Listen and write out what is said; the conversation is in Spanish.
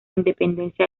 independencia